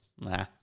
Nah